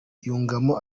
yungamo